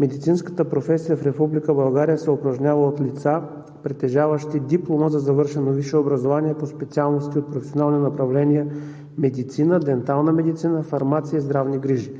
медицинската професия в Република България се упражнява от лица, притежаващи диплома за завършено висше образование по специалност и професионални направления „Медицина“, „Дентална медицина“, „ Фармация“, „Здравни грижи“.